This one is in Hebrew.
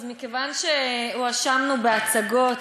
אז מכיוון שהואשמנו בהצגות,